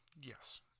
yes